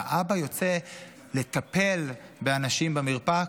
והאבא יוצא לטפל באנשים במרפאה,